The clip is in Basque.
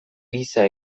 giza